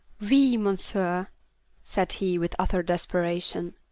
wee, mounseer, said he, with utter desperation.